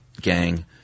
gang